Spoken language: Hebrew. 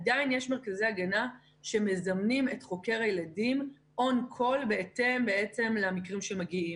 עדיין יש מרכזי הגנה שמזמנים את חוקר הילדים On callלמקרים שמגיעים.